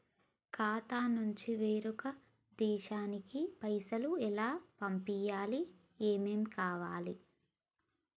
ఖాతా నుంచి వేరొక దేశానికి పైసలు ఎలా పంపియ్యాలి? ఏమేం కావాలి?